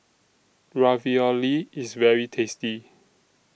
Ravioli IS very tasty